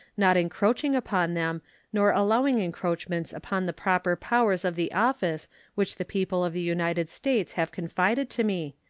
not encroaching upon them nor allowing encroachments upon the proper powers of the office which the people of the united states have confided to me,